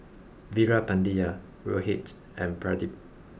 Veerapandiya Rohit and Pradip